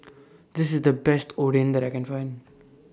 This IS The Best Oden that I Can Find